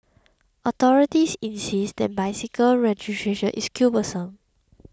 authorities insist that bicycle registration is cumbersome